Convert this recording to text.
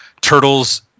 Turtles